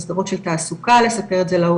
אם זה מסגרות של תעסוקה לספר את זה להורים,